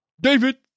David